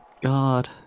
god